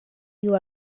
you